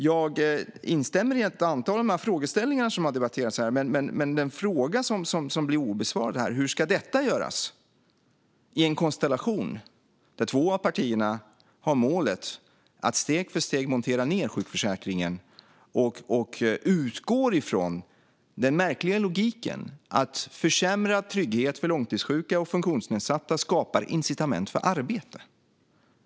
Jag instämmer i ett antal av de frågeställningar som har debatterats här, men den fråga som förblir obesvarad är: Hur ska det göras i en konstellation där två av partierna har målet att steg för steg montera ned sjukförsäkringen och utgår från den märkliga logiken att försämrad trygghet för långtidssjuka och funktionsnedsatta skapar incitament för arbete.